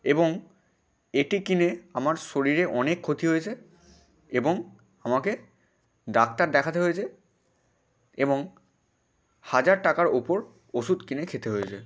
এবং এটি কিনে আমার শরীরে অনেক ক্ষতি হয়েছে এবং আমাকে ডাক্তার দেখাতে হয়েছে এবং হাজার টাকার ওপর ওষুধ কিনে খেতে হয়েছে